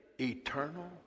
eternal